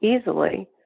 easily